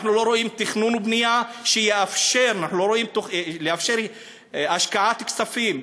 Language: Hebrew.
אנחנו לא רואים תכנון ובנייה שיאפשרו השקעת כספים.